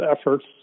efforts